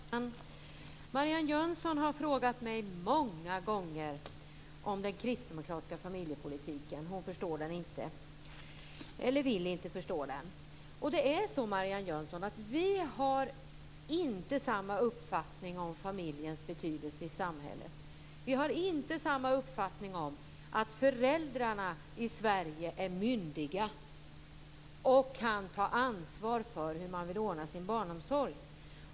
Herr talman! Marianne Jönsson har många gånger frågat mig om den kristdemokratiska familjepolitiken. Hon förstår den inte eller vill inte förstå den. Det är så, Marianne Jönsson, att vi inte har samma uppfattning om familjens betydelse i samhället. Vi har inte samma uppfattning om föräldrarna i Sverige, som vi anser är myndiga och kan ta ansvar för hur de vill ordna sin barnomsorg.